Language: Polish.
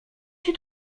się